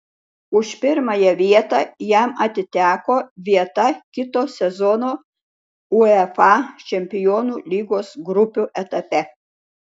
už pirmąją vietą jam atiteko vieta kito sezono uefa čempionų lygos grupių etape